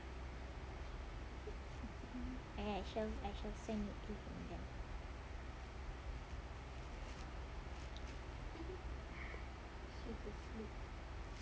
I shall I shall send it to him then